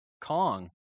Kong